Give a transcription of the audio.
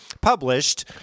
published